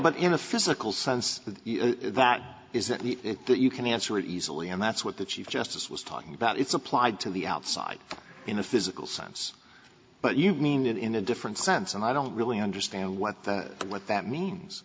but in a physical sense that isn't that you can answer it easily and that's what the chief justice was talking about it's applied to the outside in the physical sense but you mean it in a different sense and i don't really understand what that what that means